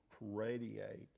radiate